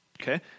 okay